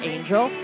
Angel